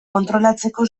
kontrolatzeko